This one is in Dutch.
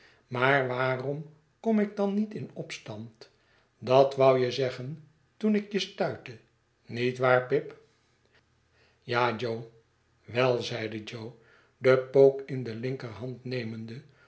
maar waarom kom ik dan niet in opstand dat wou je zeggen toen ik je stuitte niet waar pip ja jo wel zeide jo den pook in de linkerhand nemende